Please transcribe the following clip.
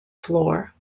floor